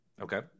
Okay